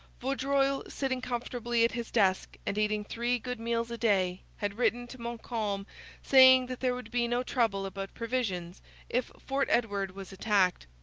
vaudreuil, sitting comfortably at his desk and eating three good meals a day, had written to montcalm saying that there would be no trouble about provisions if fort edward was attacked.